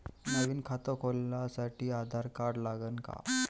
नवीन खात खोलासाठी आधार कार्ड लागन का?